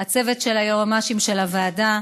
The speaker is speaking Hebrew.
צוות היועצים המשפטיים של הוועדה.